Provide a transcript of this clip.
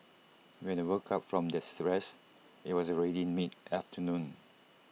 when they woke up from theirs rest IT was already mid afternoon